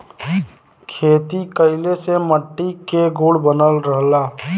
खेती कइले से मट्टी के गुण बनल रहला